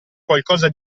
qualcosa